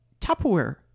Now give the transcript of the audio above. Tupperware